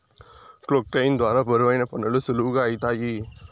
క్రొక్లేయిన్ ద్వారా బరువైన పనులు సులువుగా ఐతాయి